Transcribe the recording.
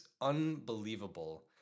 unbelievable